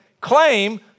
claim